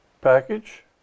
package